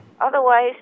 Otherwise